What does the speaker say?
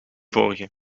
vorige